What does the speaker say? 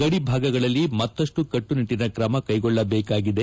ಗಡಿಭಾಗಗಳಲ್ಲಿ ಮತ್ತಪ್ಟು ಕಟ್ಟುನಿಟ್ಟನ ಕ್ರಮಕ್ಕೆಗೊಳ್ಳಬೇಕಾಗಿದೆ